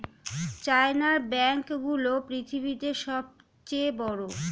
চায়নার ব্যাঙ্ক গুলো পৃথিবীতে সব চেয়ে বড়